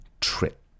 trip